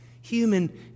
human